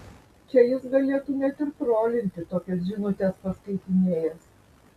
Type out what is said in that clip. čia jis galėtų net ir trolinti tokias žinutes paskaitinėjęs